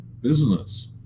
business